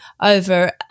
over